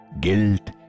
guilt